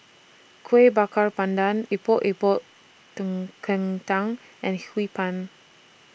Kuih Bakar Pandan Epok Epok ten Kentang and Hee Pan